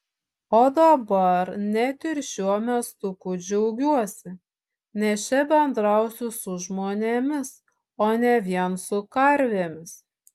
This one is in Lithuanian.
o dabar net ir šiuo miestuku džiaugiuosi nes čia bendrausiu su žmonėmis o ne vien su karvėmis